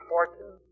Fortune